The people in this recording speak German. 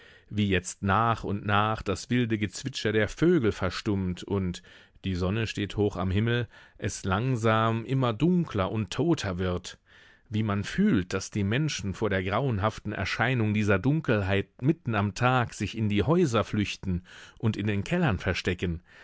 wie jetzt nach und nach das wilde gezwitscher der vögel verstummt und die sonne steht hoch am himmel es langsam immer dunkler und toter wird wie man fühlt daß die menschen vor der grauenhaften erscheinung dieser dunkelheit mitten am tag sich in die häuser flüchten und in den kellern verstecken